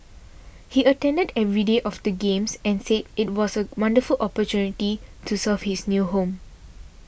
he attended every day of the Games and said it was a wonderful opportunity to serve his new home